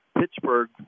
Pittsburgh